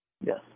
Yes